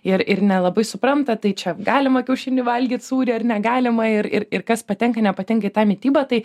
ir ir nelabai supranta tai čia galima kiaušinį valgyt sūrį ar negalima ir ir ir kas patenka nepatenka į tą mitybą tai